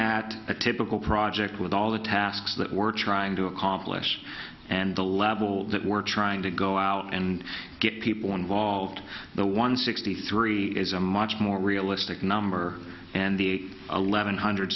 at a typical project with all the tasks that we're trying to accomplish and the level that we're trying to go out and get people involved the one sixty three is a much more realistic number and the eleven hundred